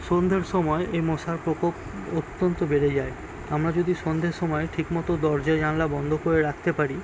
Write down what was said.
সন্ধ্যের সময় এই মশার প্রকোপ অত্যন্ত বেড়ে যায় আমরা যদি সন্ধ্যের সময় ঠিকমতো দরজা জানালা বন্ধ করে রাখতে পারি